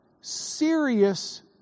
serious